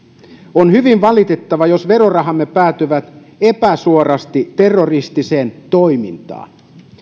on hyvin valitettavaa jos verorahamme päätyvät epäsuorasti terroristiseen toimintaan